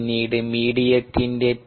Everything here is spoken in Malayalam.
പിന്നീട് മീഡിയത്തിന്റെ പി